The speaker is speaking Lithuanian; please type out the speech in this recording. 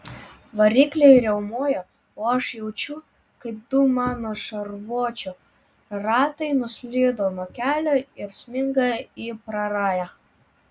varikliai riaumoja o aš jaučiu kaip du mano šarvuočio ratai nuslydo nuo kelio ir sminga į prarają